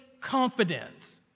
confidence